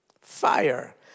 fire